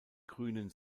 grünen